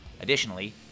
Additionally